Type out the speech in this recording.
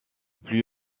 plus